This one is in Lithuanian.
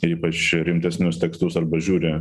ypač rimtesnius tekstus arba žiūri